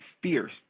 fierce